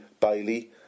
Bailey